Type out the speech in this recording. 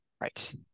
Right